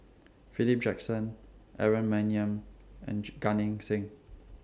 Philip Jackson Aaron Maniam and G Gan Eng Seng